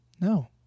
No